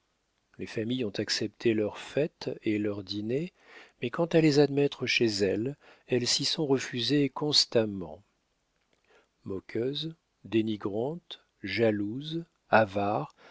les familles ont accepté leurs fêtes et leurs dîners mais quant à les admettre chez elles elles s'y sont refusées constamment moqueuses dénigrantes jalouses avares